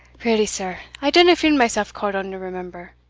really, sir, i dinna feel myself called on to remember,